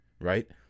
right